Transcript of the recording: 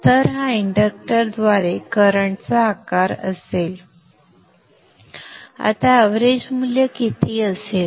तर हा इंडक्टरद्वारे करंटचा आकार असेल आता एव्हरेज मूल्य किती असेल